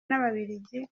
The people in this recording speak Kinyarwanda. n’ababiligi